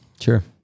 Sure